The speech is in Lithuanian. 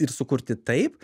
ir sukurti taip